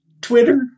Twitter